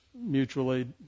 mutually